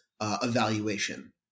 evaluation